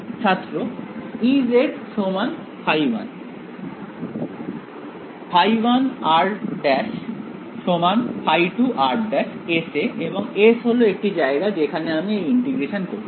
ছাত্র Ez ϕ1 ϕ1r′ ϕ2r′ S এ এবং S হল একটি জায়গা যেখানে আমি এই ইন্টিগ্রেশন করছি